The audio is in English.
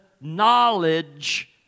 knowledge